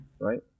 right